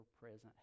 present